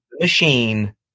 Machine